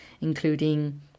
including